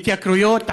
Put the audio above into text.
התייקרויות,